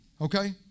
okay